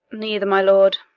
neither, my lord.